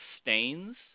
stains